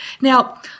Now